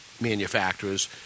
manufacturers